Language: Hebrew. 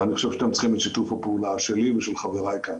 ואני חושב שאתם צריכים את שיתוף הפעולה שלי ושל חבריי כאן,